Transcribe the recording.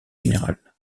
général